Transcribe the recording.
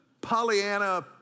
Pollyanna